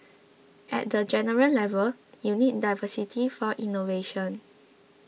at the general level you need diversity for innovation